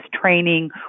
training